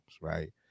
right